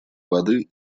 воды